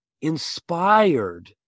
inspired